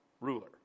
ruler